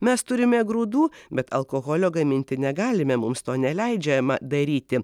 mes turime grūdų bet alkoholio gaminti negalime mums to neleidžiama daryti